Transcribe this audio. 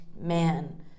man